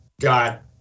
got